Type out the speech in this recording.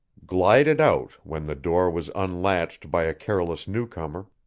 glided out when the door was unlatched by a careless new-comer,